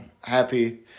happy